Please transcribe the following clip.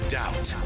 doubt